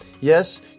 Yes